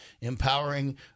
empowering